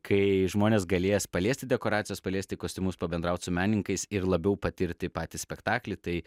kai žmonės galės paliesti dekoracijas paliesti kostiumus pabendraut su menininkais ir labiau patirti patį spektaklį tai